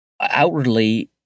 outwardly